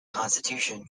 constitution